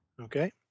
Okay